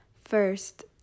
First